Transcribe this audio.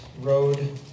road